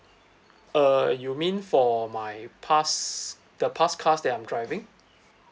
uh you mean for my past the past cars that I'm driving